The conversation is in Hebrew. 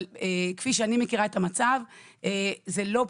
אבל כפי שאני מכירה את המצב זה לא,